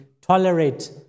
tolerate